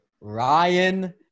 Ryan